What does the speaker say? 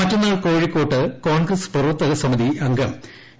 മറ്റന്നാൾ കോഴിക്കോട്ട് കോൺഗ്രസ്സ് പ്രവർത്തക സമിതി അംഗം എ